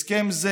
הסכם זה